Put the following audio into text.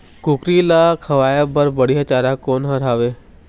कुकरी ला खवाए बर बढीया चारा कोन हर हावे?